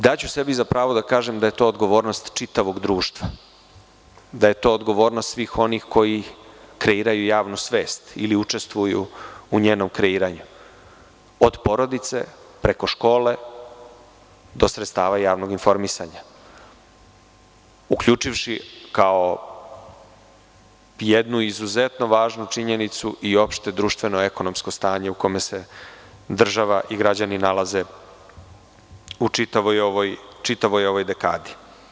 Daću sebi za pravo da kažem da je to odgovornost čitavog društva, da je to odgovornost svih onih koji kreiraju javnu svest i učestvuju u njenom kreiranju od porodice, preko škole do sredstava javnog informisanja, uključivši kao jednu izuzetno važnu činjenicu i opšte društveno i ekonomsko stanje u kome se država i građani nalaze u čitavoj ovoj dekadi.